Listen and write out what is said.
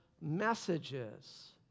messages